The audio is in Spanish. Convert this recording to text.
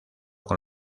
con